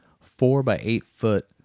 four-by-eight-foot